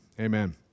amen